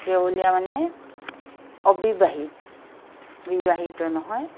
কেৱলীয়া মানে অবিবাহিত বিবাহিত নহয়